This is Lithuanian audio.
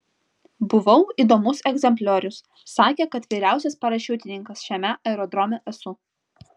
buvau įdomus egzempliorius sakė kad vyriausias parašiutininkas šiame aerodrome esu